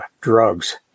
drugs